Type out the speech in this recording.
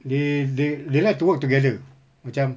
they they they like to work together macam